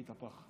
בבקשה.